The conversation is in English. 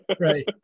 right